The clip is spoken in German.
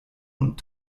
und